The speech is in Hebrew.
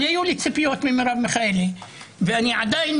אבל היו לי ציפיות ממרב מיכאלי ואני עדיין